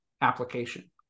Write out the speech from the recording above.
application